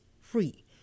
free